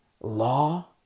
law